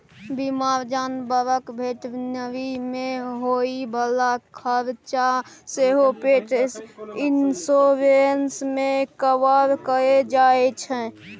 बीमार जानबरक भेटनरी मे होइ बला खरचा सेहो पेट इन्स्योरेन्स मे कवर कएल जाइ छै